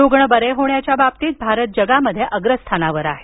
रुग्ण बरे होण्याच्या बाबतीत भारत जगात अग्रस्थानावर आहे